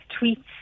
tweets